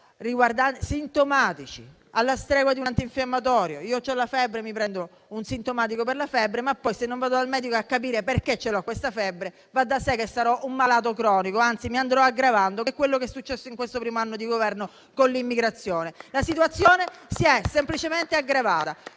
sintomatici, alla stregua di un antinfiammatorio. Se ho la febbre e prendo un farmaco sintomatico, ma non vado dal medico per capire perché ce l'ho, va da sé che sarò un malato cronico, anzi, mi andrò aggravando, che è quello che è successo in questo primo anno di governo con l'immigrazione. La situazione si è semplicemente aggravata.